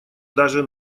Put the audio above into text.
даже